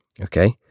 okay